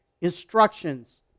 instructions